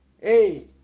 hey